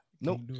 Nope